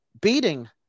beating